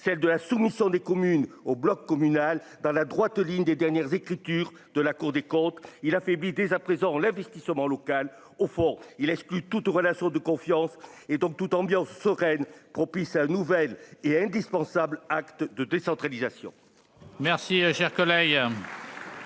celle de la soumission des communes au bloc communal dans la droite ligne des dernières écritures de la Cour des comptes, il affaiblit dès à présent l'investissement local, au fond, il exclut toute relation de confiance et donc toute ambiance sereine, propice à nouvelle est indispensable, acte de décentralisation. Merci, cher collègue.